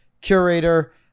Curator